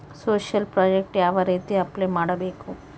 Social project ಯಾವ ರೇತಿ apply ಮಾಡಬೇಕು?